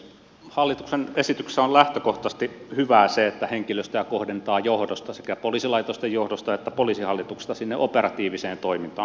hallituksen esityksessä on lähtökohtaisesti hyvää se että henkilöstöä kohdennetaan sekä poliisilaitosten että poliisihallituksen johdosta sinne operatiiviseen toimintaan